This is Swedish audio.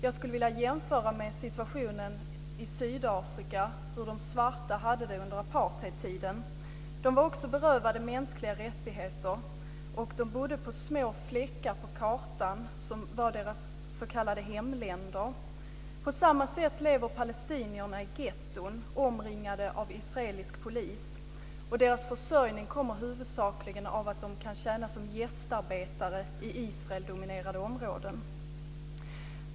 Jag skulle vilja jämföra med situationen i Sydafrika och med hur de svarta hade det under apartheidtiden. De var också berövade mänskliga rättigheter, och de bodde på små fläckar på kartan som var deras s.k. hemländer. På samma sätt lever palestinierna i getton omringade av israelisk polis. Deras försörjning kommer huvudsakligen av att de kan tjäna som gästarbetare i Israeldominerade områden.